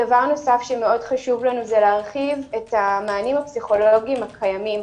דבר נוסף שבאמת חשוב לנו להרחיב את המענים הפסיכולוגיים הקיימים.